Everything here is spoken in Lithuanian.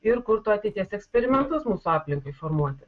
ir kurtų ateities eksperimentus mūsų aplinkai formuoti